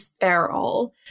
feral